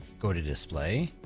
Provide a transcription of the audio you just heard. go to display,